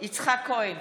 יצחק כהן,